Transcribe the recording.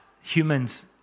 humans